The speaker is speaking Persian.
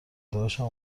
داداشم